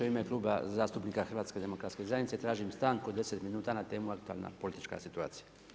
U ime Kluba zastupnika HDZ-a, tražim stanku od 10 minuta na temu aktualna politička situacija.